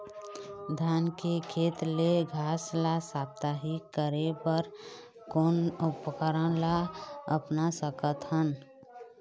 धान के खेत ले घास ला साप्ताहिक करे बर कोन उपकरण ला अपना सकथन?